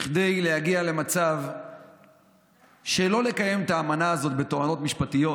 כדי להגיע למצב שלא לקיים את האמנה הזאת בתואנות משפטיות,